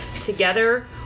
together